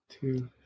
Two